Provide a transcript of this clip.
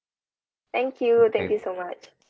thank you thank you so much